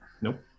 Nope